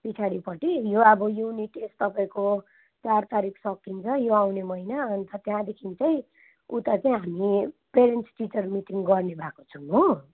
पछाडिपट्टि यो अब युनिट टेस्ट तपाईँको चार तारिक सकिन्छ यो आउने महिना अन्त त्यहाँदेखि चाहिँ उता चाहिँ हामी पेरेन्ट्स टिचर मिटिङ गर्ने भएको छौँ हो